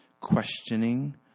questioning